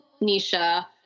Nisha